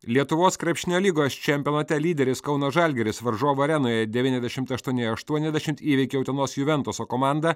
lietuvos krepšinio lygos čempionate lyderis kauno žalgiris varžovų arenoje devyniasdešimt aštuoni aštuoniasdešimt įveikė utenos juventuso komandą